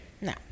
No